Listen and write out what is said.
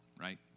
right